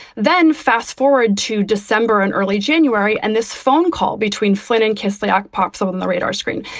then fast forward to december and early january. and this phone call between flynn and kislyak pops up on the radar screen.